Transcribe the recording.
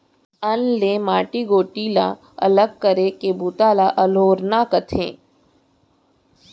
अन्न ले माटी गोटी ला अलग करे के बूता ल अल्होरना कथें